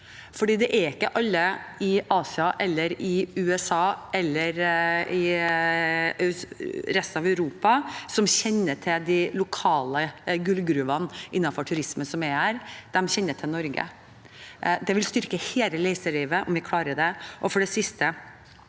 det er ikke alle i Asia, i USA eller i resten av Europa som kjenner til de lokale gullgruvene innenfor turismen her – de kjenner til Norge. Det vil styrke hele reiselivet om vi klarer det.